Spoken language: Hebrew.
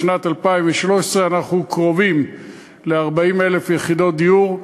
בשנת 2013 אנחנו קרובים ל-40,000 יחידות דיור.